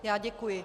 Já děkuji.